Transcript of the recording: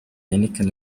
heineken